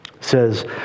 says